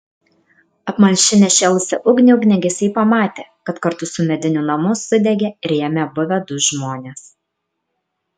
apmalšinę šėlusią ugnį ugniagesiai pamatė kad kartu su mediniu namu sudegė ir jame buvę du žmonės